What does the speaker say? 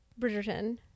Bridgerton